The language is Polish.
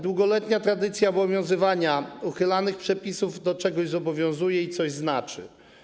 Długoletnia tradycja obowiązywania uchylanych przepisów do czegoś zobowiązuje i coś znaczy.